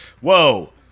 whoa